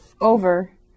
over